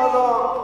לא, לא.